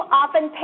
often